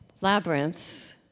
labyrinths